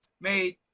made